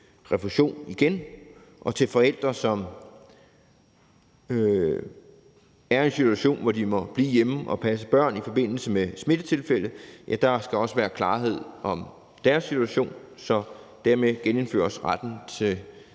refusion, og for forældre, som er i en situation, hvor de må blive hjemme og passe børn i forbindelse med smittetilfælde, skal der også være klarhed om deres situation. Så dermed genindføres retten til